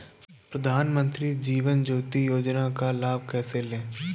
प्रधानमंत्री जीवन ज्योति योजना का लाभ कैसे लें?